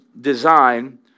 design